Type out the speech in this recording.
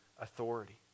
authority